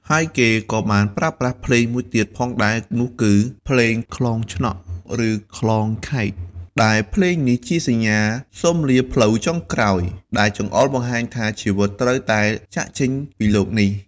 ហើយគេក៏បានប្រើប្រាស់ភ្លេងមួយទៀតផងដែរ នោះគឺ ភ្លេងខ្លងឆ្នក់ ឬ ខ្លងខែក ដែលភ្លេងនេះជាសញ្ញាសូមលាផ្លូវចុងក្រោយ ដែលចង្អុលបង្ហាញថា ជីវិតត្រូវតែចាកចេញពីលោកនេះ។